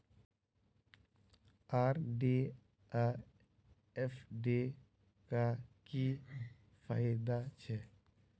RD आ FD क की फायदा छै?